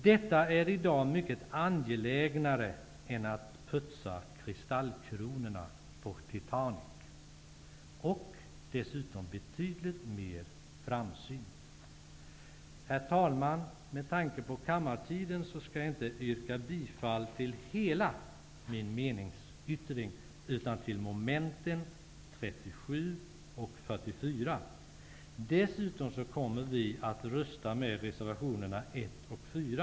Detta är i dag mycket angelägnare än att putsa kristallkronorna på Titanic, och dessutom betydligt mer framsynt. Herr talman! Med tanke på kammarens tid skall jag inte yrka bifall till hela min meningsyttring utan endast till den del som avser mom. 37 och 44. Vi kommer dessutom att rösta för reservationerna 1, 4